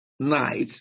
Night